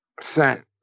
Sent